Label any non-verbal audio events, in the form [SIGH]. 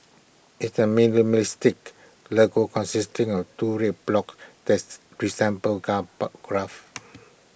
IT is A [UNINTELLIGIBLE] mistake logo consisting of two red blocks that's resemble [UNINTELLIGIBLE] bar graphs